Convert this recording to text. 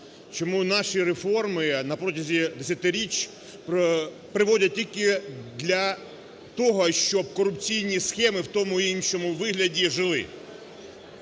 Чому наші реформи на протязі десятиріч приводять тільки для того, щоб корупційні схеми в тому чи іншому вигляді жили?